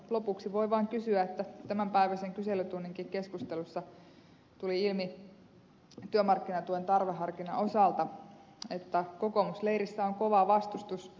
lopuksi voin vain todeta että tämänpäiväisen kyselytunninkin keskustelussa tuli ilmi työmarkkinatuen tarveharkinnan osalta että kokoomusleirissä on kova vastustus